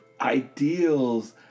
ideals